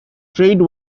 trade